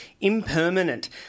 Impermanent